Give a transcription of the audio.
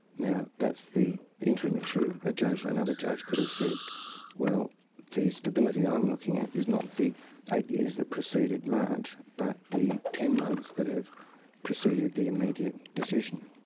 now that's the interim issue. ah another judge could have said well the stability i'm looking at is not the eight years that preceded march, but the ten months that have preceded the immediate decision.